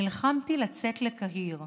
נלחמתי לצאת לקהיר.